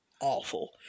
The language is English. awful